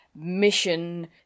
mission